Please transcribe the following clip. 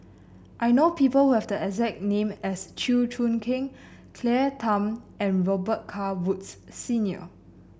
I know people who have the exact name as Chew Choo Keng Claire Tham and Robet Carr Woods Senior